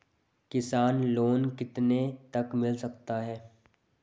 किसान लोंन कितने तक मिल सकता है?